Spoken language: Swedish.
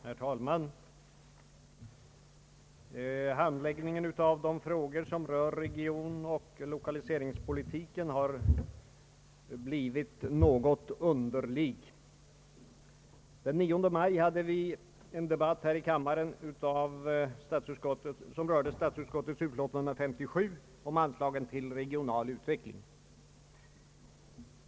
Herr talman! Handläggningen av de frågor som rör regionoch lokaliseringspolitiken har blivit något underlig. Den 9 maj i år hade vi en debatt här i kammaren som gällde statsutskottets utlåtande nr 57 om anslagen till regional utveckling.